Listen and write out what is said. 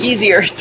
Easier